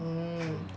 mm